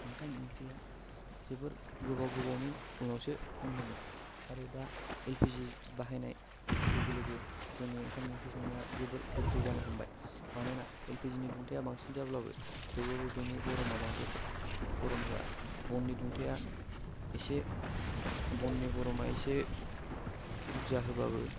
ओंखाम ओंख्रिया जोबोर गोबाव गोबावनि उनावसो मोनोमोन आरो दा एल पि जि बाहायनाय लोगो लोगो जोंनि ओंखाम ओंख्रि संनाया जोबोर गोख्रै जानो हमबाय मानोना एल पि जि नि दुंथाया बांसिन जाब्लाबो थेवब्लाबो बेनि गरमा बांद्राय गरम होआ बननि दुंथाया एसे बननि गरमा एसे बुरजा होब्लाबो